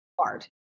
hard